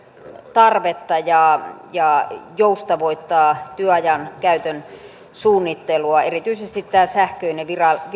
tarvetta ja ja joustavoittaa työajan käytön suunnittelua erityisesti tämä sähköinen